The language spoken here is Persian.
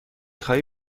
خواهی